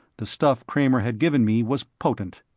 the stuff kramer had given me was potent.